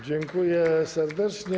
Dziękuję serdecznie.